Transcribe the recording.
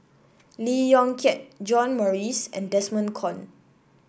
Lee Yong Kiat John Morrice and Desmond Kon